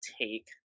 take